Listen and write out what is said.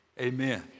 amen